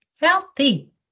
healthy